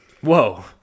whoa